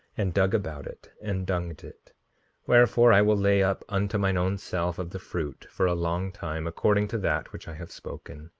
and dug about it, and dunged it wherefore i will lay up unto mine own self of the fruit, for a long time, according to that which i have spoken.